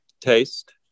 taste